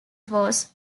was